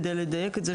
כדי לדייק את זה.